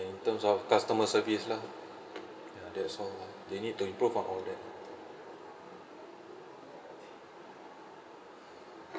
in terms of customer service lah ya that's all lah they need to improve on all that